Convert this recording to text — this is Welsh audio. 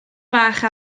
fach